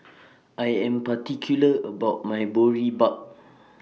I Am particular about My Boribap